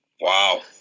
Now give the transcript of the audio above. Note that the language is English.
Wow